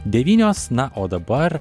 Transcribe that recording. devynios na o dabar